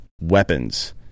weapons